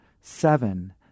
seven